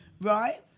right